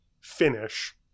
finish